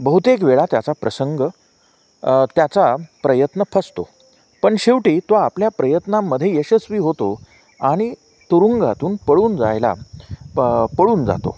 बहुतेक वेळा त्याचा प्रसंग त्याचा प्रयत्न फसतो पण शेवटी तो आपल्या प्रयत्नामध्ये यशस्वी होतो आणि तुरुंगातून पळून जायला पळून जातो